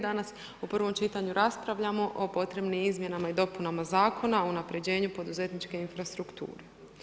Danas u prvom čitanju raspravljamo o potrebnim izmjenama i dopunama Zakona o unapređenju poduzetničke infrastrukture.